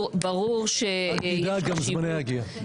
אל תדאג, גם זמנה יגיע.